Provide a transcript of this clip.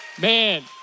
Man